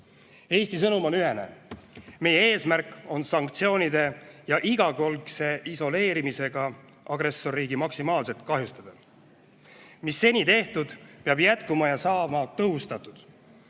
Eesti sõnum on ühene: meie eesmärk on sanktsioonide ja igakülgse isoleerimisega agressorriiki maksimaalselt kahjustada. Mis seni tehtud, peab jätkuma ja saama tõhustatud.